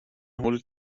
holt